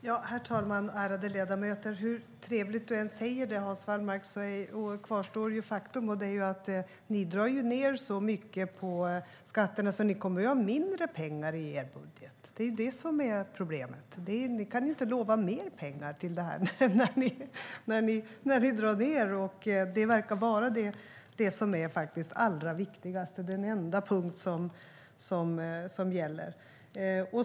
Herr talman! Ärade ledamöter! Hur trevligt du än säger det, Hans Wallmark, kvarstår faktum, nämligen att ni drar ned så mycket på skatterna att ni kommer att ha mindre pengar i er budget. Det är problemet. Ni kan ju inte lova mer pengar till insatserna när ni drar ned. Det verkar vara det allra viktigaste, den enda punkt som gäller.